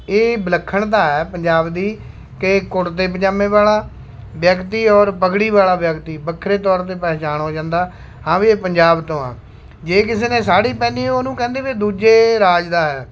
ਇਹ ਵਿਲੱਖਣਤਾ ਹੈ ਪੰਜਾਬ ਦੀ ਕਿ ਕੁੜਤੇ ਪਜਾਮੇ ਵਾਲਾ ਵਿਅਕਤੀ ਔਰ ਪੱਗੜੀ ਵਾਲਾ ਵਿਅਕਤੀ ਵੱਖਰੇ ਤੌਰ 'ਤੇ ਪਹਿਚਾਣ ਹੋ ਜਾਂਦਾ ਹਾਂ ਵੀ ਇਹ ਪੰਜਾਬ ਤੋਂ ਆ ਜੇ ਕਿਸੇ ਨੇ ਸਾੜੀ ਪਹਿਨੀ ਉਹਨੂੰ ਕਹਿੰਦਾ ਵੀ ਦੂਜੇ ਰਾਜ ਦਾ ਹੈ